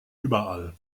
überall